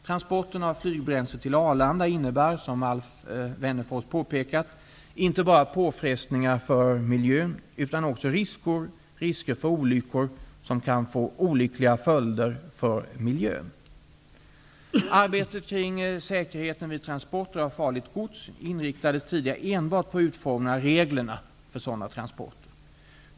Transporterna av flygbränsle till Arlanda innebär, som Alf Wennerfors påpekat, inte bara påfrestningar på miljön utan också risker för olyckor som kan få olyckliga följder för miljön. Arbetet kring säkerheten vid transporter av farligt gods inriktades tidigare enbart på utformningen av reglerna för sådana transporter.